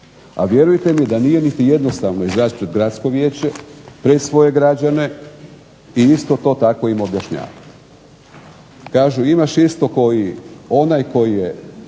a vjerujte mi da nije niti jednostavno …/Govornik se ne razumije./… pred svoje građane i isto to tako im objašnjavati. Kažu imaš isto kao i onaj koji je